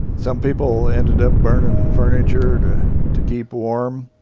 some people ended up burnin' furniture to to keep warm.